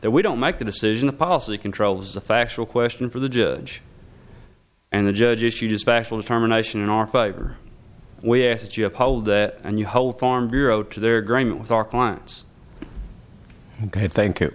that we don't make the decision a policy controls the factual question for the judge and the judge issued a special determination in our favor we asked you uphold that and you whole farm bureau to their agreement with our clients ok thank you